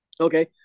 Okay